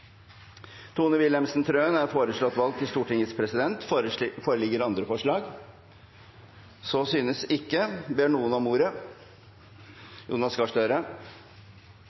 Tone Wilhelmsen Trøen er foreslått valgt til Stortingets president. Foreligger det andre forslag? –Så synes ikke. Ber noen om ordet?